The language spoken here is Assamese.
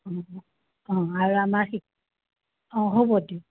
অ' আৰু আমাৰ অ' হ'ব